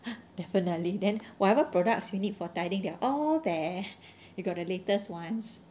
definitely then whatever products you need for tidying they are all there you got the latest ones